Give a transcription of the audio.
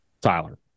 Tyler